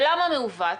ולמה מעוות?